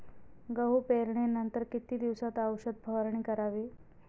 गहू पेरणीनंतर किती दिवसात औषध फवारणी करावी?